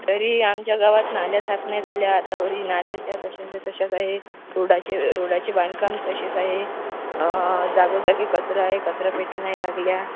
तरी आमच्या गावात नाल्या साफ नाही झाल्या आतावरी नाल्याच्या तशाच्या तशाच आहे रोडाचे रोडाचे बांधकाम तसेच आहे जागोजागी कचरा आहे कचरापेटी नाही लागल्या